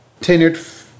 tenured